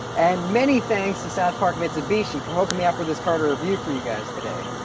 and, many thanks to south park mitsubishi for hooking me up with this car to review for you guys today!